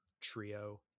trio